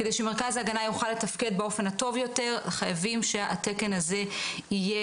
כדי שמרכז ההגנה יוכל לתפקד באופן הטוב יותר חייבים שהתקן הזה יאויש.